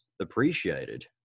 appreciated